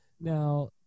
Now